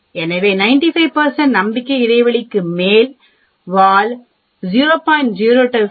எனவே 95 நம்பிக்கை இடைவெளிக்கு மேல் வால் 0